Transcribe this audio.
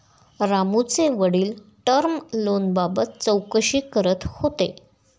रामूचे वडील टर्म लोनबाबत चौकशी करत होते